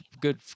good